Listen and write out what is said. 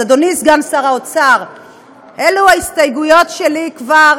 אז אדוני סגן שר האוצר, אלו ההסתייגויות שלי כבר